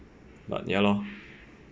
but ya lor